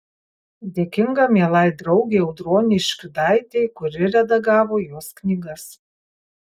dėkinga mielai draugei audronei škiudaitei kuri redagavo jos knygas